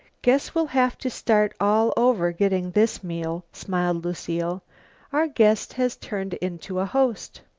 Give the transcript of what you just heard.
guess we'll have to start all over getting this meal, smiled lucile our guest has turned into a host.